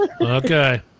Okay